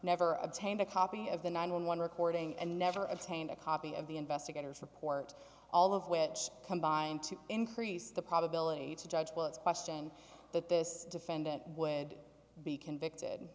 never obtained a copy of the nine hundred and eleven recording and never obtained a copy of the investigators report all of which combine to increase the probability to judge well it's question that this defendant would be convicted